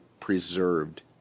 preserved